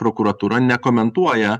prokuratūra nekomentuoja